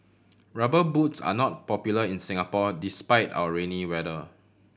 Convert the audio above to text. Rubber Boots are not popular in Singapore despite our rainy weather